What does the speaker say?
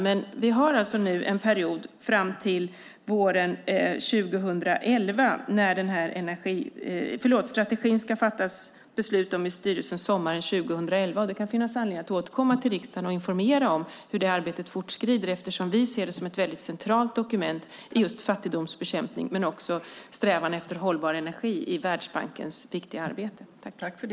Men vi har nu en period fram till sommaren 2011 då det ska fattas beslut om strategin i styrelsen. Det kan finnas anledning att återkomma till riksdagen och informera om hur detta arbete fortskrider eftersom vi ser det som ett centralt dokument när det gäller just fattigdomsbekämpning men också strävan efter hållbar energi i Världsbankens viktiga arbete.